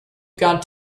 got